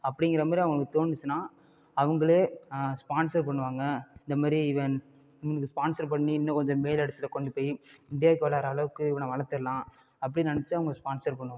அப்படிங்கிறமேரி அவங்களுக்கு தோணுச்சுனால் அவங்களே ஸ்பான்ஸர் பண்ணுவாங்கள் இந்தமாரி இவன் இவனுக்கு ஸ்பான்ஸர் பண்ணி இன்னும் கொஞ்சம் மேல் இடத்துல கொண்டு போய் இந்தியாவுக்கு விளாட்ற அளவுக்கு இவனை வளர்த்துட்லாம் அப்படின்னு நினைச்சி அவங்க ஸ்பான்ஸர் பண்ணுவாங்கள்